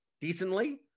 decently